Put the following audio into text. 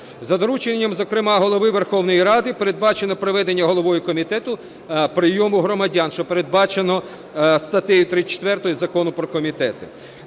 За дорученням, зокрема, Голови Верховної Ради передбачено головою комітету прийому громадян, що передбачено статтею 34 Закону про комітети.